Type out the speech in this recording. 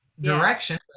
direction